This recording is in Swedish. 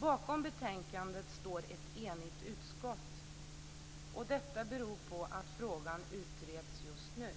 Bakom betänkandet står ett enigt utskott, och detta beror på att frågan utreds just nu.